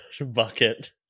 bucket